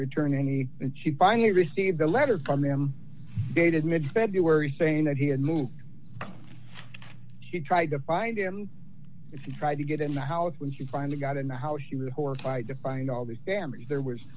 return any and she finally received a letter from them dated mid february saying that he had moved to try to find him if he tried to get in the house when she finally got in the house he was horrified to find all the damage there was